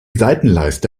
seitenleiste